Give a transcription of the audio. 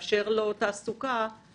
כשאתה מחפש יושב ראש של בנק,